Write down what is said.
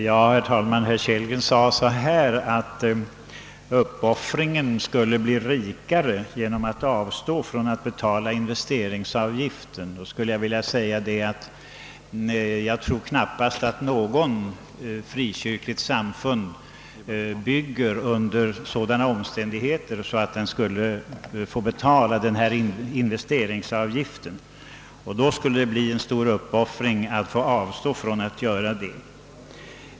Herr talman! Herr Kellgren sade att uppoffringen skulle kännas ännu rikare om medlemmarna i ett samfund som vill bygga en kyrka måste avstå ännu mer för att betala investeringsavigften. Jag tror knappast att något frikyrkligt samfund bygger alls om de måste betala denna investeringsavgift. Det skulle då bli en verkligt stor uppoffring att få avstå därifrån.